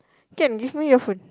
can give me your phone